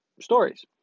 Stories